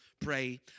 pray